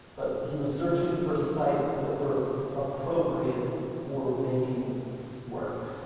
but he was searching for sites that were appropriate for making work.